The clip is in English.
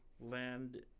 land